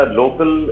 local